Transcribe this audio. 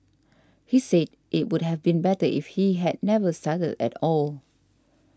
he said it would have been better if he had never started at all